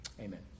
amen